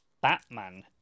Batman